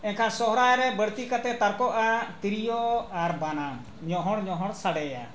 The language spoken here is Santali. ᱮᱱᱠᱷᱟᱱ ᱥᱚᱦᱨᱟᱭ ᱨᱮ ᱵᱟᱹᱲᱛᱤ ᱠᱟᱛᱮ ᱛᱟᱨᱠᱚᱜᱼᱟ ᱛᱤᱨᱭᱳ ᱟᱨ ᱵᱟᱱᱟᱢ ᱧᱚᱦᱚᱲ ᱧᱚᱦᱚᱲ ᱥᱟᱰᱮᱭᱟ